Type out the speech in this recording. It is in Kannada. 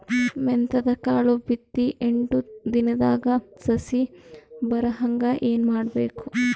ಮೆಂತ್ಯದ ಕಾಳು ಬಿತ್ತಿ ಎಂಟು ದಿನದಾಗ ಸಸಿ ಬರಹಂಗ ಏನ ಮಾಡಬೇಕು?